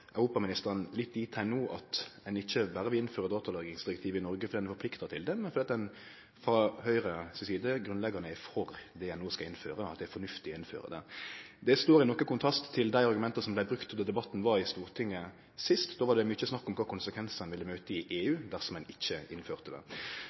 europaministeren no litt dit at ein ikkje berre vil innføre datalagringsdirektivet i Noreg fordi ein er forplikta til det, men fordi ein frå Høgre si side grunnleggjande er for det ein no skal innføre, at det er fornuftig å innføre det. Det står i noko kontrast til dei argumenta som vart brukte då debatten var i Stortinget sist. Då var det mykje snakk om kva konsekvensar ein ville møte i EU